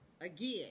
again